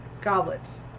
goblets